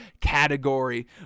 category